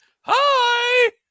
Hi